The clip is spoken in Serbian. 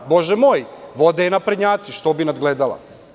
Bože moj, vode je naprednjaci, što bi nadgledala?